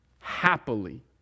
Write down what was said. happily